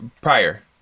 prior